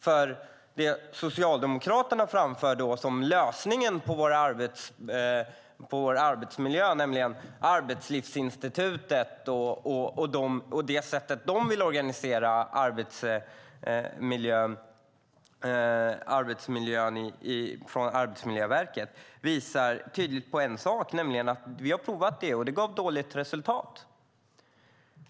Det som Socialdemokraterna framför som lösningen på problemen i vår arbetsmiljö, nämligen Arbetslivsinstitutet och Arbetsmiljöverket och det sätt på vilket de vill organisera arbetsmiljön på, visar tydligt på en sak. Vi har provat det, och det gav dåligt resultat.